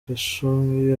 khashoggi